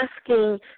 asking